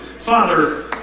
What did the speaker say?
Father